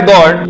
God